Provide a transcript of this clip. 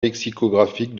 lexicographique